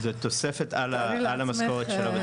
זה תוספת על המשכורת שלה.